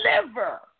deliver